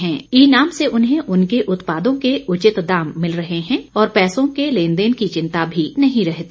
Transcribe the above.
ई NAM से उन्हें उनके उत्पादों के उचित दाम भिल रहे है और पैसों के लेन देन की चिंता भी नहीं रहती